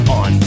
on